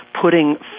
putting